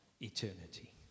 eternity